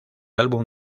álbum